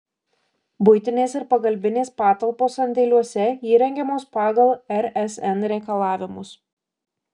buitinės ir pagalbinės patalpos sandėliuose įrengiamos pagal rsn reikalavimus